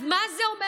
אז מה זה אומר?